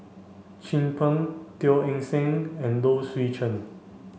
Chin Peng Teo Eng Seng and Low Swee Chen